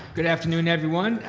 good afternoon, everyone.